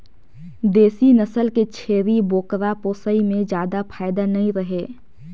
देसी नसल के छेरी बोकरा पोसई में जादा फायदा नइ रहें